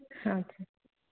হ্যাঁ